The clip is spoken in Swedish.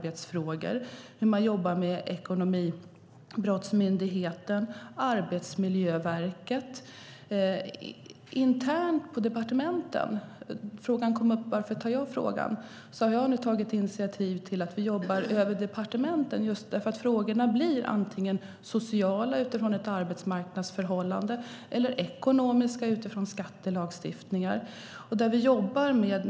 Det handlar om hur man jobbar med Ekobrottsmyndigheten och Arbetsmiljöverket. Det kom upp en fråga om varför jag tar den här frågan. Jag har nu tagit initiativ till att vi jobbar över departementen, just därför att frågorna blir sociala utifrån arbetsmarknadsförhållanden eller ekonomiska utifrån skattelagstiftningar.